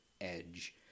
edge